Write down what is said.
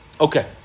Okay